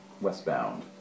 westbound